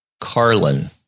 Carlin